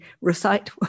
recite